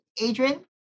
Adrian